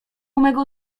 mego